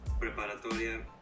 preparatoria